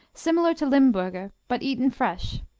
similar to limburger, but eaten fresh.